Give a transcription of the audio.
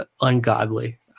ungodly